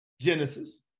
Genesis